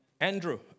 Andrew